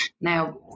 Now